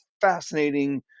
fascinating